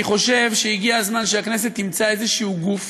אני חושב שהגיע הזמן שהכנסת תמצא גוף